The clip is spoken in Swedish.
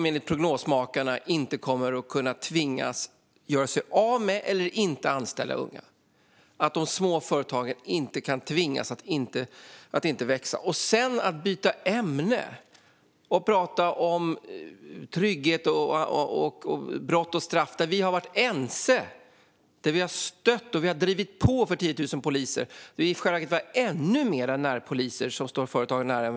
Enligt prognosmakarna kan de tvingas göra sig av med eller låta bli att anställa unga. De små företagen kan tvingas att inte växa. Sedan byter finansministern ämne och pratar om trygghet, brott och straff när vi varit ense om detta, stöttat och drivit på för 10 000 poliser och i själva verket vill ha ännu fler närpoliser som står företagen nära.